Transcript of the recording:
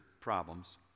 problems